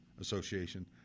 association